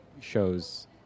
shows